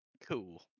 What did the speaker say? Cool